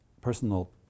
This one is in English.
personal